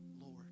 Lord